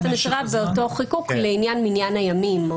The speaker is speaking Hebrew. המסירה באותו חיקוק לעניין מניין הימים,